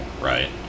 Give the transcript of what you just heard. right